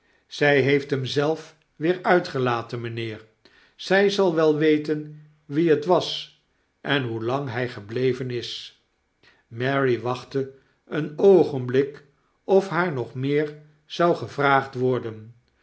zy heeft hem zelf weer uitgelaten mynheer zy zal wel weten wie het was en hoelang hy gebleven is mary wachtte een oogenblik of haar nog meer zou gevraagd worden